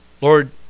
Lord